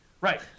Right